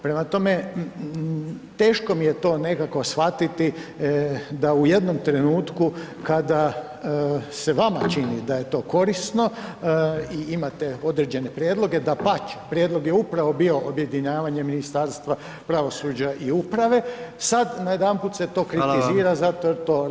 Prema tome, teško mi je to nekako shvatiti da u jednom trenutku kada se vama čini da je to korisno, imate određene prijedloge, dapače, prijedlog je upravo bio objedinjavanje Ministarstva pravosuđa i uprave, sad najedanput se to kritizira zato jer to rade vladajući.